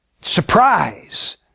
surprise